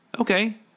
Okay